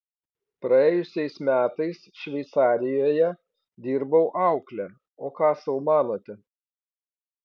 praėjusiais metais šveicarijoje dirbau aukle o ką sau manote